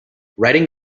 writing